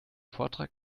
vortrag